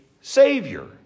savior